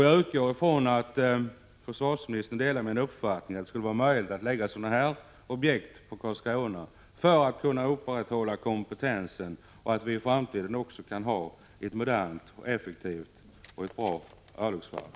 Jag utgår från att försvarsministern delar min uppfattning att det skulle vara möjligt att förlägga sådana objekt till Karlskronavarvet för att man skall kunna upprätthålla kunskapen — och för att vi också i framtiden skall kunna ha ett modernt, effektivt och bra örlogsvarv.